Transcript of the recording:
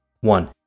One